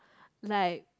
like